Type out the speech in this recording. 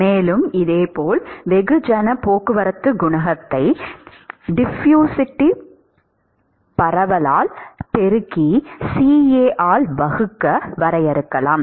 மேலும் இதேபோல் வெகுஜன போக்குவரத்து குணகத்தை டிஃப்யூசிவிட்டி பரவல் ஆல் பெருக்கி CA ஆல் வகுக்க வரையறுக்கலாம்